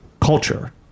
culture